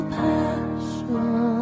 passion